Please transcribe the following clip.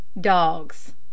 Dogs